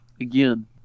Again